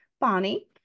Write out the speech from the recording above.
Bonnie